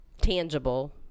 tangible